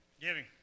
Giving